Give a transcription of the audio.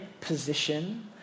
position